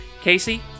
Casey